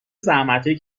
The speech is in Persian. زحمتایی